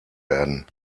werden